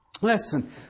Listen